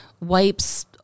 wipes